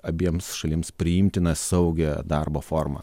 abiems šalims priimtiną saugią darbo formą